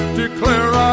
declare